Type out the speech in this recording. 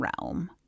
realm